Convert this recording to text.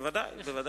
בוודאי.